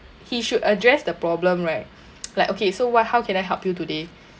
he should address the problem right like okay so what how can I help you today